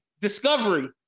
Discovery